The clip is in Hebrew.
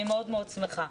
אני מאוד מאוד שמחה.